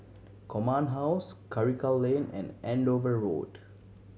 Command House Karikal Lane and Andover Road